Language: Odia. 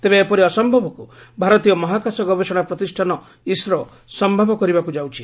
ତେବେ ଏପରି ଅସମ୍ଭବକୁ ଭାରତୀୟ ମହାକାଶ ଗବେଷଣା ପ୍ରତିଷ୍ଠାନ ଇସ୍ରୋ ସମ୍ଭବ କରିବାକୁ ଯାଉଛି